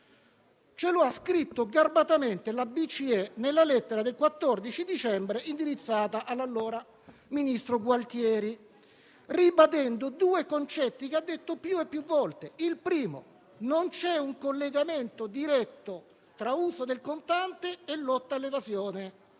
la Banca centrale europea (BCE) nella lettera del 14 dicembre indirizzata all'allora ministro Gualtieri, ribadendo due concetti ricordati più volte. In primo luogo è non c'è un collegamento diretto tra uso del contante e lotta all'evasione.